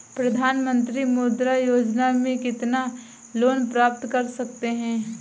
प्रधानमंत्री मुद्रा योजना में कितना लोंन प्राप्त कर सकते हैं?